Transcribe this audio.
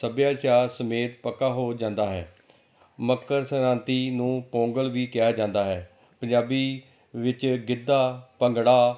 ਸੱਭਿਆਚਾਰ ਸਮੇਤ ਪੱਕਾ ਹੋ ਜਾਂਦਾ ਹੈ ਮੱਕਰ ਸੰਕਰਾਂਤੀ ਨੂੰ ਪੌਂਗਲ ਵੀ ਕਿਹਾ ਜਾਂਦਾ ਹੈ ਪੰਜਾਬੀ ਵਿੱਚ ਗਿੱਧਾ ਭੰਗੜਾ